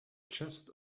chest